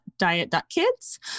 diet.kids